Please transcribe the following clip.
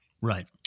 right